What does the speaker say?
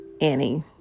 Annie